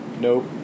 Nope